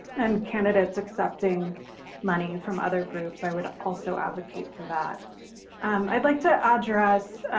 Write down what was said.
and candidates accepting money from other groups. i would also advocate for that um i'd like to address.